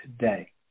today